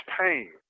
pain